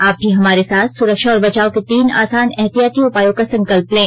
आप भी हमारे साथ सुरक्षा और बचाव के तीन आसान एहतियाती उपायों का संकल्प लें